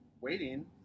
waiting